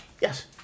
Yes